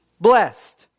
blessed